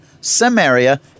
Samaria